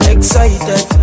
Excited